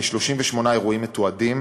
כ-38 אירועים מתועדים,